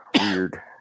Weird